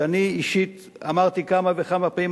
שאני אישית אמרתי כמה וכמה פעמים,